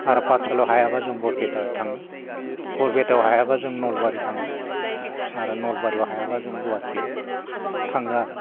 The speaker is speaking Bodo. आरो पाठसालायाव हायाब्ला जों बरपेटा थाङो बरपेटायाव हायाब्ला जों नलबारियाव थाङो आरो नलबारियाव हायाब्ला जों गुवाहाटियाव थाङो आरो